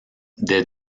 des